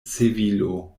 sevilo